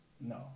No